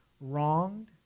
wronged